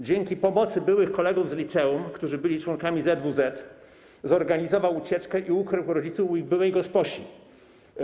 Dzięki pomocy byłych kolegów z liceum, którzy byli członkami ZWZ, zorganizował ucieczkę i ukrył rodziców u byłej gosposi.